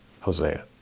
Hosea